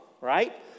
right